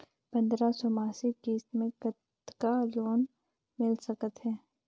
पंद्रह सौ मासिक किस्त मे कतका तक लोन मिल सकत हे?